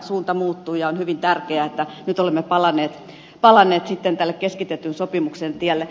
suunta muuttui ja on hyvin tärkeää että nyt olemme palanneet tälle keskitetyn sopimuksen tielle